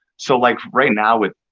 so, like right now with